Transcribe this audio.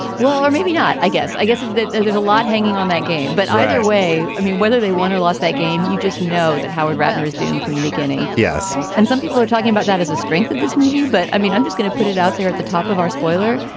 well, or maybe not. i guess i guess there's there's a lot hanging on that game. but either way, i mean, whether they won or lost that game. you just know that howard ratner is doomed from the beginning. yes. and some people are talking about that as a strength of this movie. but i mean, i'm just gonna put it out there at the top of our spoiler.